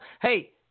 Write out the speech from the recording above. Hey